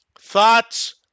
thoughts